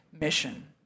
mission